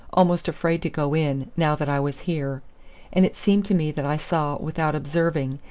almost afraid to go in, now that i was here and it seemed to me that i saw without observing,